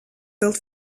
built